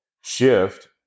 shift